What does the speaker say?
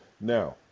Now